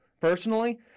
personally